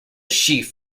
sheaf